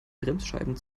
bremsscheiben